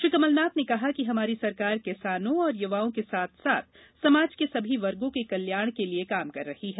श्री कमलनाथ ने कहा कि हमारी सरकार किसानों और युवाओं के साथ साथ समाज के सभी वर्गो के कल्याण के लिये काम कर रही है